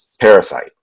Parasite